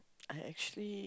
I actually